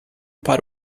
para